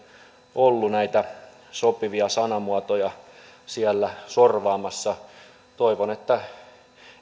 ollut näitä sopivia sanamuotoja siellä sorvaamassa toivon että